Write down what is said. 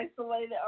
isolated